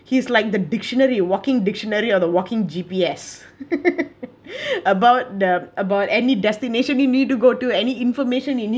he's like the dictionary walking dictionary or the walking G_P_S about the about any destination he need to go to any information you need